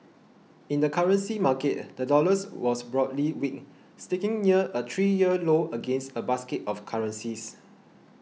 in the currency market the dollar was broadly weak sticking near a three year low against a basket of currencies